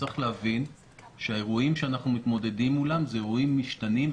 צריך להבין שהאירועים שאנחנו מתמודדים מולם הם אירועים משתנים,